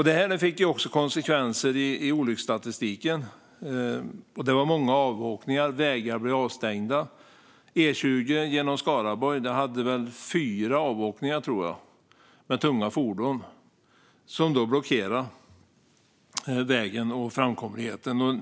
Detta fick konsekvenser i olycksstatistiken. Det var många avåkningar, och vägar blev avstängda.